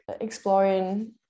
exploring